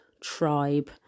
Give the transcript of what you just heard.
Tribe